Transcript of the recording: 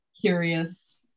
curious